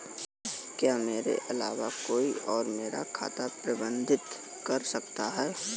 क्या मेरे अलावा कोई और मेरा खाता प्रबंधित कर सकता है?